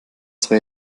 zwar